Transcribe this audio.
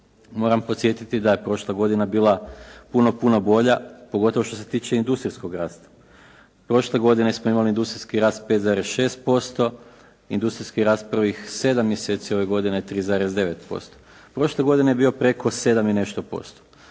Moram podsjetiti da je prošla godina bila puno, puno bolja, pogotovo što se tiče industrijskog rasta. Prošle godine smo imali industrijski rast 5,6%, industrijski rast prvih 7 mjeseci ove godine 3,9%. Prošle godine je bio preko 7 i nešto posto.